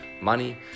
money